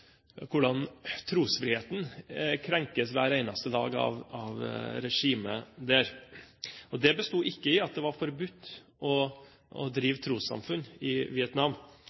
hvordan trosfriheten krenkes hver eneste dag av regimet der. Det besto ikke i at det var forbudt å drive trossamfunn i Vietnam,